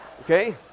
Okay